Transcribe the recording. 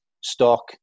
stock